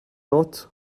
not